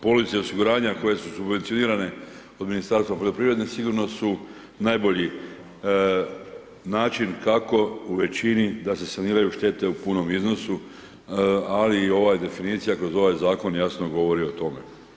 Police osiguranja koje su subvencionirane od Ministarstva poljoprivrede sigurno su najbolji način kako u većini da se saniraju štete u punom iznosu, ali i ova definicija, kroz ovaj zakon jasno govori o tome.